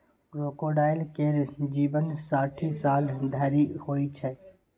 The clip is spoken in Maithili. क्रोकोडायल केर जीबन साठि साल धरि होइ छै